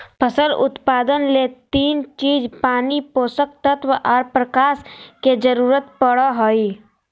फसल उत्पादन ले तीन चीज पानी, पोषक तत्व आर प्रकाश के जरूरत पड़ई हई